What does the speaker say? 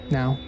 now